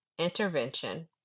intervention